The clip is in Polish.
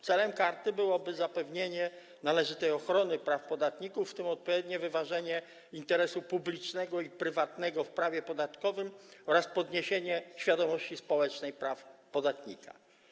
Celem karty byłoby zapewnienie należytej ochrony praw podatników, w tym odpowiednie wyważenie interesu publicznego i prywatnego w prawie podatkowym, oraz podniesienie świadomości społecznej w zakresie praw podatnika.